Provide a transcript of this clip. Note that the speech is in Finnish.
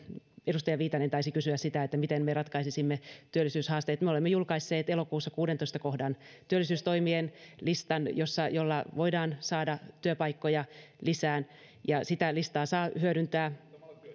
edustaja viitanen taisi kysyä sitä miten me ratkaisisimme työllisyyshaasteet me olemme julkaisseet elokuussa kuudennentoista kohdan työllisyystoimien listan jolla voidaan saada työpaikkoja lisää sitä listaa saa hyödyntää